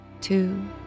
Two